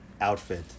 outfit